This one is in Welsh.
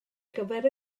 gyfer